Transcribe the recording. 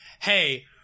hey